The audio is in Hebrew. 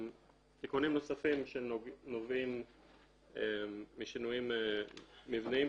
תיקונים נוספים שנובעים משינויים מבניים